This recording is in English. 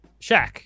Shaq